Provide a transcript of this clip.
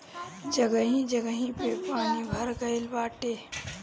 जगही जगही पे पानी भर गइल बाटे